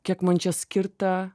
kiek man čia skirta